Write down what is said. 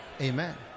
Amen